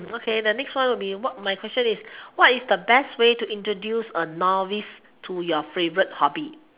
mm okay the next one would be what my question is what is the best way to introduce a novice to your favourite hobby